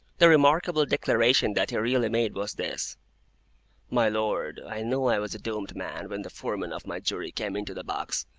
the remarkable declaration that he really made was this my lord, i knew i was a doomed man, when the foreman of my jury came into the box.